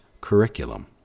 curriculum